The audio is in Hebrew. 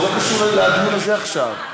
זה לא קשור לדיון הזה עכשיו.